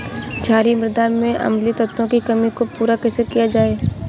क्षारीए मृदा में अम्लीय तत्वों की कमी को पूरा कैसे किया जाए?